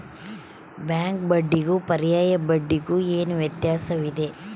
Bank ಬಡ್ಡಿಗೂ ಪರ್ಯಾಯ ಬಡ್ಡಿಗೆ ಏನು ವ್ಯತ್ಯಾಸವಿದೆ?